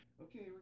Okay